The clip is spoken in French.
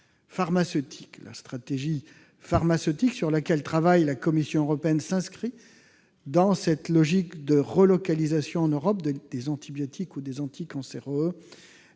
La stratégie pharmaceutique sur laquelle travaille la Commission européenne s'inscrit dans cette logique de relocalisation en Europe des antibiotiques ou des anticancéreux.